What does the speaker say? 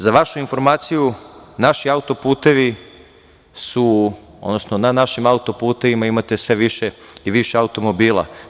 Za vašu informaciju naši auto-putevi, odnosno na našim auto-putevima imate sve više i više automobila.